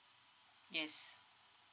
yes